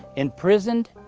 imprisoned,